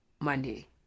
Monday